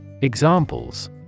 Examples